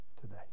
today